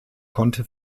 konnte